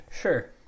sure